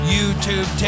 YouTube